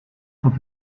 van